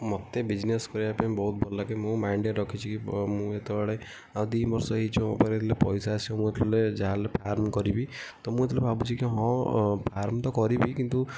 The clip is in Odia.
ମତେ ବିଜନେସ୍ କରିବା ପାଇଁ ବହୁତ ଭଲ ଲାଗେ ମୁଁ ମାଇଣ୍ଡ୍ରେ ରଖିଛି ମୁଁ ଯେତେବେଳେ ଆଉ ଦୁଇ ବର୍ଷ ହୋଇଯିବ ମୋ ପାଖରେ ଯେତେବେଳେ ପଇସା ଆସିବ ମୁଁ ସେତେବେଳେ ଯାହା ହେଲେ ଫାର୍ମ୍ କରିବି ତ ମୁଁ ସେତେବେଳେ ଭାବୁଛି କି ହଁ ଫାର୍ମ୍ ତ କରିବି କିନ୍ତୁ